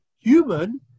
human